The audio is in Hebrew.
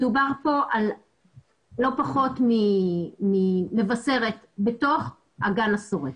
מדובר כאן על לא פחות ממבשרת בתוך אגן השורק.